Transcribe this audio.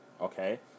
okay